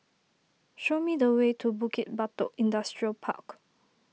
show me the way to Bukit Batok Industrial Park